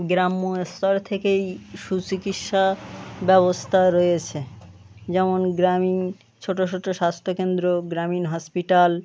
গ্রাম্য স্তর থেকেই সুচিকিৎসা ব্যবস্থা রয়েছে যেমন গ্রামীণ ছোট ছোট স্বাস্থ্যকেন্দ্র গ্রামীণ হসপিটাল